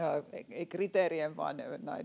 ei kriteerien vaan